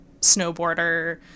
snowboarder